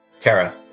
Kara